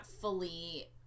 fully